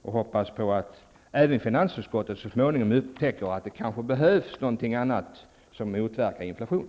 Jag hoppas att även finansutskottet så småningom upptäcker att det behövs någonting annat som motverkar inflation.